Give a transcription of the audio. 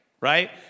right